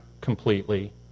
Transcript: completely